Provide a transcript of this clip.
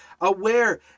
aware